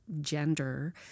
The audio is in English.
gender